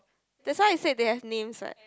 that's why I said they have names right